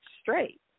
straight